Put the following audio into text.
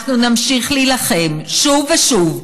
אנחנו נמשיך להילחם שוב ושוב,